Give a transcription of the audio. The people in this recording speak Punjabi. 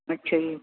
ਅੱਛਾ ਜੀ